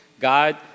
God